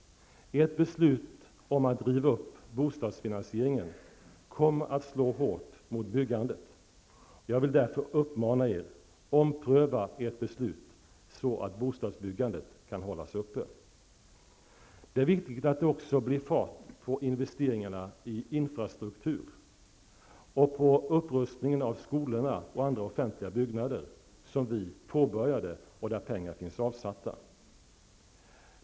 Ert beslut att riva upp bostadsfinansieringen kommer att slå hårt mot byggandet. Jag vill därför uppmana er: ompröva ert beslut så att bostadsbyggandet kan hållas uppe. Det är viktigt att det också blir fart på investeringarna i infrastruktur och på upprustning av skolorna och andra offentliga byggnader som vi påbörjade och där pengar finns avsatta.